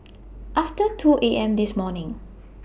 after two A M This morning